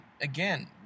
again